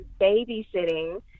babysitting